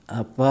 apa